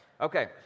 Okay